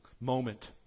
moment